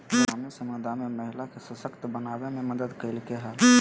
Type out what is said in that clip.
ग्रामीण समुदाय में महिला के सशक्त बनावे में मदद कइलके हइ